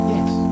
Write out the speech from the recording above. Yes